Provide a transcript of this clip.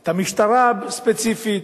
את המשטרה ספציפית.